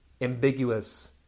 ambiguous